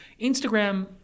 Instagram